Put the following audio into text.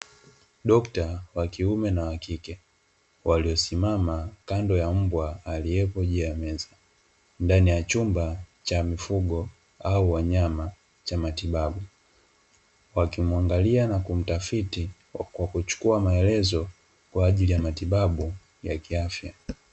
Dokta wa kiume na wa kike, waliosimama kando ya mbwa aliyeko juu ya meza, ndani ya chumba cha mifugo au wanyama cha matibabu. Wakimuangalia na kumtafiti kwa kuchukua maelezo kwa ajili ya matibabu ya kiafya.